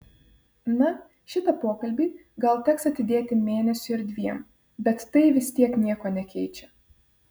na šitą pokalbį gal teks atidėti mėnesiui ar dviem bet tai vis tiek nieko nekeičia